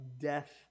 death